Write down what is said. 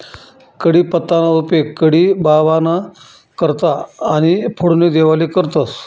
कढीपत्ताना उपेग कढी बाबांना करता आणि फोडणी देवाले करतंस